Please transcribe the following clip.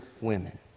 women